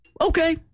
okay